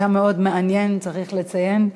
היה מאוד מעניין, צריך לציין.